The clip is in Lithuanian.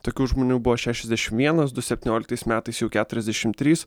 tokių žmonių buvo šešiasdešim vienas du septynioliktais metais jau keturiasdešim trys